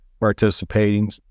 participating